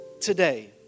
today